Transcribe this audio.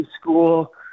School